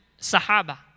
sahaba